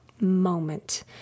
moment